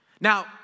Now